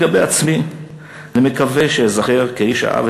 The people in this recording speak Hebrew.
"ולגבי עצמי אני מקווה שאזכר כאיש שאהב